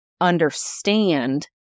understand